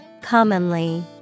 Commonly